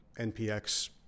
NPX